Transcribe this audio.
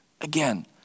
Again